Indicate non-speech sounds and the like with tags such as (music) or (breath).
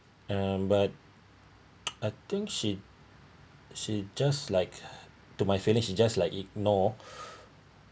um but I think she she just like to my finished she just like ignored (breath)